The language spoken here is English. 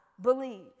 believe